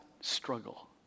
struggle